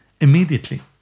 immediately